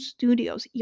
Studios